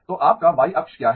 तो आपका y अक्ष क्या है